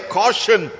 caution